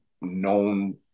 known